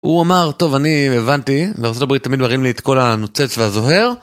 הוא אמר, טוב אני הבנתי, וארצות הברית תמיד מראים לי את כל הנוצץ והזוהר